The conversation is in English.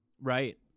Right